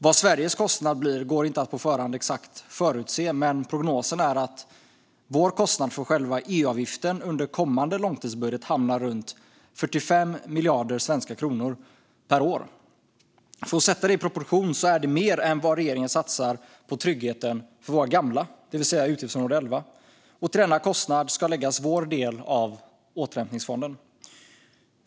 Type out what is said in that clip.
Vad Sveriges kostnad blir går inte att på förhand exakt förutse, men prognosen är att vår kostnad för själva EU-avgiften under kommande långtidsbudget hamnar runt 45 miljarder svenska kronor per år. För att sätta det i proportion är det mer än vad regeringen satsar på tryggheten för våra gamla, det vill säga utgiftsområde 11. Till denna kostnad ska läggas vår del av återhämtningsfonden.